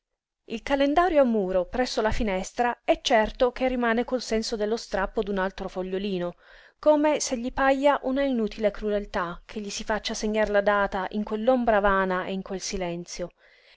il calendario a muro presso la finestra è certo che rimane col senso dello strappo d'un altro fogliolino come se gli paja una inutile crudeltà che gli si faccia segnar la data in quell'ombra vana e in quel silenzio